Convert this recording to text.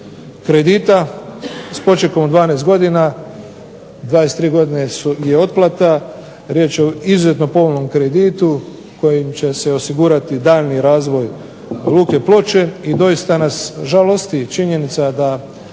kredita s počekom od 12 godina, 23 godine je otplata. Riječ je o izuzetno povoljnom kreditu kojim će se osigurati daljnji razvoj luke Ploče i doista nas žalosti činjenica da